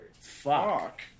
Fuck